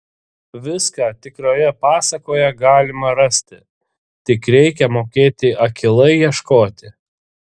viską tikroje pasakoje galima rasti tik reikia mokėti akylai ieškoti